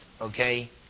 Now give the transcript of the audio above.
okay